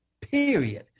period